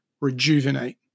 rejuvenate